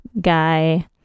guy